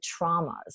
traumas